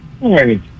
Hey